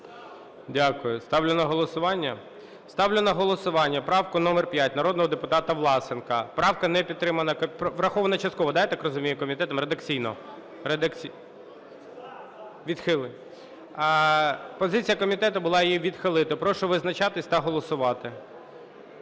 Дякую. Ставлю на голосування. Ставлю на голосування правку номер 5 народного депутата Власенка. Правка не підтримана… врахована частково, так я розумію, комітетом редакційно. Позиція комітету була її відхилити. Прошу визначитись та голосувати.